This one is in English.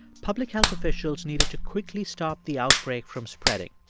public health officials needed to quickly stop the outbreak from spreading.